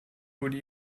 wurde